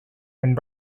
and